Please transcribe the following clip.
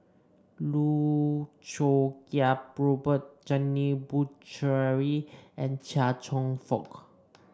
Loh Choo Kiat Robert Janil Puthucheary and Chia Cheong Fook